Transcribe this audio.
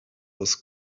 was